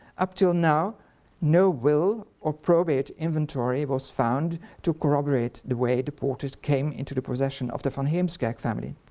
up untill now no will or probate inventory was found to corroborate the way the portrait came into the possession of the van heemskerck family.